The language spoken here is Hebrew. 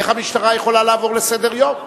איך המשטרה יכולה לעבור לסדר-היום?